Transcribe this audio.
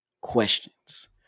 questions